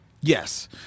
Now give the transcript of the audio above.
Yes